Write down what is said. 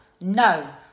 no